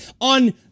on